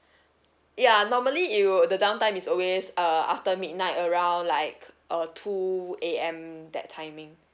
ya normally it will the downtime is always uh after midnight around like uh two A_M that timing